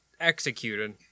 executed